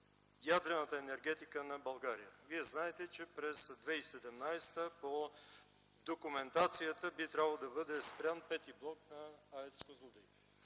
ядрената енергетика на България. Вие знаете, че през 2017 г. по документация би трябвало да бъде спрян V блок на АЕЦ „Козлодуй”.